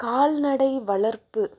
கால்நடை வளர்ப்பு